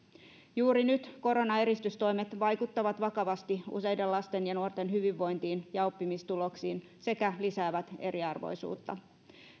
juuri nyt koronaeristystoimet vaikuttavat vakavasti useiden lasten ja nuorten hyvinvointiin ja oppimistuloksiin sekä lisäävät eriarvoisuutta